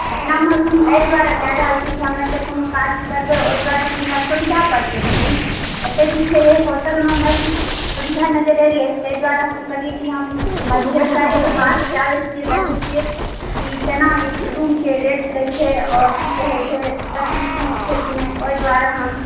पटनामे रूम एहि दुआरे लए रहल छी कि हम एतय कोनो काज करबै ओहि दुआरे हमरा सुविधा पड़तै ई एतय जे छै जे एहि होटलमे हमरा किछु असुविधा नजर एलै ताहि दुआरे हम कहलियै कि हम मैनेजर साहबसँ बात कए लैत छियै देखै छियै की केना ई रूमके रेट लैत छै आओर की कहैत छै सभकिछु ठीक छै की नहि ओहि दुआरे हम